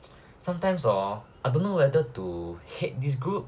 sometimes orh I don't know whether to hate this group